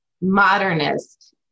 modernist